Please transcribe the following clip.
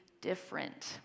different